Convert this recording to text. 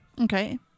Okay